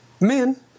Men